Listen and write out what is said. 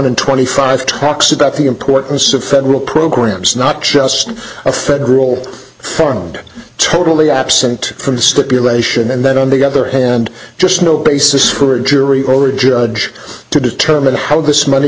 and twenty five talks about the importance of federal programs not just a federal form and totally absent from the stipulation and then on the other hand just no basis for a jury or a judge to determine how this money